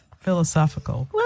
philosophical